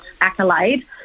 accolade